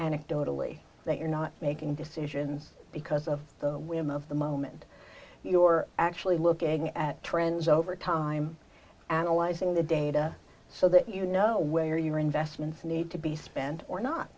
anecdotally they are not making decisions because of the whim of the moment you're actually looking at trends over time analyzing the data so that you know where your investments need to be spent or not